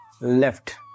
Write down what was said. left